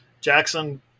Jackson